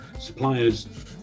suppliers